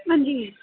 हां जी